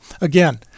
Again